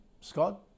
Scott